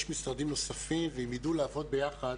יש משרדים נוספים ואם ידעו לעבוד ביחד